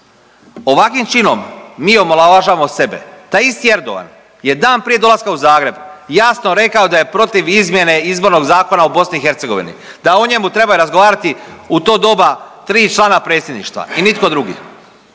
Ovakvim činom mi omalovažavamo sebe. Taj isti Erdogan je dan prije dolaska u Zagreb jasno rekao da je protiv izmjene Izbornog zakona u BiH, da o njemu treba razgovarati u to doba 3 člana predsjedništva i nitko drugi